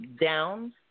down